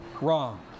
Wrong